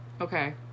okay